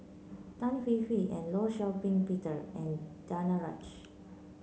Tan Hwee Hwee and Law Shau Ping Peter and Danaraj